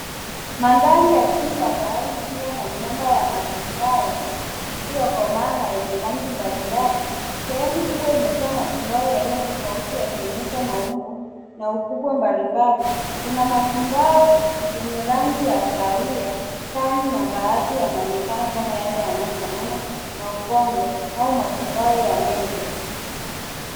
Mandhari ya chini ya bahari ikiwa na miamba ya matumbawe iliyokomaa na yenye rangi mbalimbali. Sehemu kubwa imejaa matumbawe ya aina tofauti yakionyesha maumbo na ukubwa mbalimbali. Kuna matumbawe yenye rangi ya kahawia, tani na baadhi yanaonekana kama yale yanayofanana na ubongo au matumbawe ya meza.